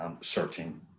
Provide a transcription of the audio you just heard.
searching